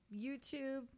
YouTube